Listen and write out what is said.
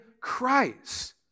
Christ